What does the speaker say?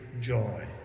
joy